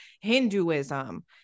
Hinduism